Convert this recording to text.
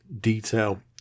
detail